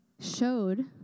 showed